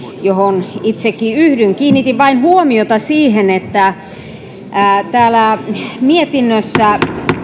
johon itsekin yhdyn kiinnitin vain huomiota siihen että mietinnössä